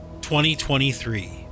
2023